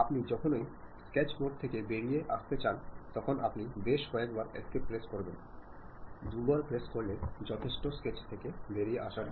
আপনি যখনই স্থানীয় স্কেচ মোড থেকে বেরিয়ে আসতে চান তখন আপনি বেশ কয়েকবার এস্কেপ প্রেস করবেন দুবারই প্রেস করলে যথেষ্ট স্কেচ থেকে বেরিয়ে আসার জন্য